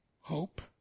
hope